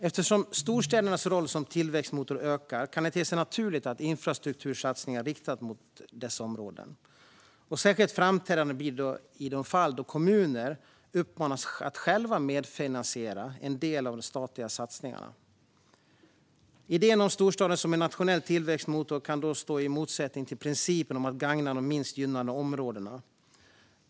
Eftersom storstädernas roll som tillväxtmotor ökar kan det te sig naturligt att infrastruktursatsningar riktas mot dessa områden. Särskilt framträdande blir det i de fall då kommuner uppmanas att själva medfinansiera en del av de statliga satsningarna. Idén om storstaden som en nationell tillväxtmotor kan då stå i motsättning till principen om att gagna de minst gynnade områdena.